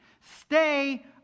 Stay